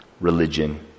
religion